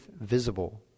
visible